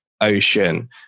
ocean